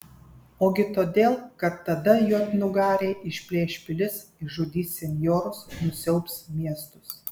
ogi todėl kad tada juodnugariai išplėš pilis išžudys senjorus nusiaubs miestus